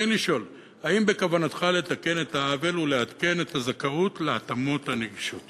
הגבלת הזכאות להתאמת נגישות